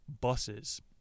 buses